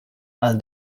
għal